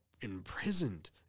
imprisoned